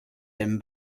him